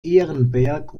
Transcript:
ehrenberg